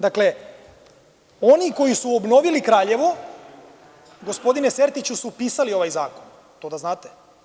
Dakle, oni koji su obnovili Kraljevo, gospodine Sertiću, su pisali ovaj zakon, to da znate.